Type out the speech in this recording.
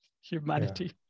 humanity